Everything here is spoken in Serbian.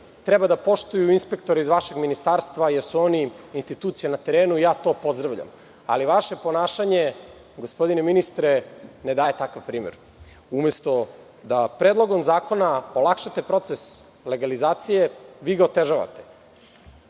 treba da poštuju inspektore iz vašeg Ministarstva, jer su oni institucija na terenu. Lično, to pozdravljam. Ali, vaše ponašanje gospodine ministre, ne daje takav primer. Umesto, da Predlogom zakona olakšate proces legalizacije, vi ga